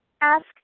ask